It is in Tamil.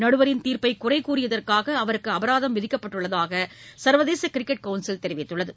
நடுவரின் தீர்ப்பை குறை கூறியதற்காக அவருக்கு அபராதம் விதிக்கப்பட்டுள்ளதாக சர்வதேச கிரிக்கெட் கவுன்சில் தெரிவித்துள்ளது